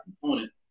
component